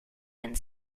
and